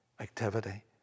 activity